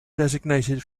designated